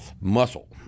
Muscle